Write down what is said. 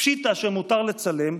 פשיטא שמותר לצלם,